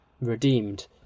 redeemed